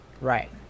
right